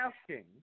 asking